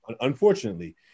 Unfortunately